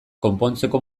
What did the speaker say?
konpontzeko